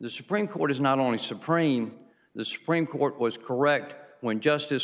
the supreme court is not only supreme the supreme court was correct when justice